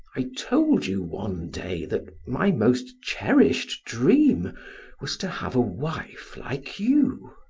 i told you one day that my most cherished dream was to have a wife like you.